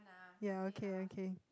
ya okay okay